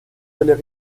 fallait